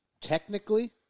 technically